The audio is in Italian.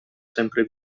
sempre